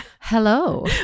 Hello